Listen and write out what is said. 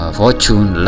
fortune